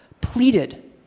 pleaded